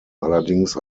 allerdings